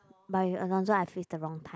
but you alone so I feel it's the wrong time